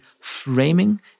framing